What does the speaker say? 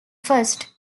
first